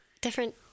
different